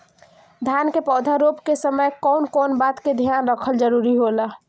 धान के पौधा रोप के समय कउन कउन बात के ध्यान रखल जरूरी होला?